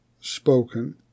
spoken